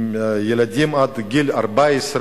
הם ילדים עד גיל 14,